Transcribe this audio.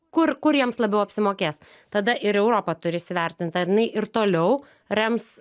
kur kur jiems labiau apsimokės tada ir europa turi įsivertint ar ji ir toliau rems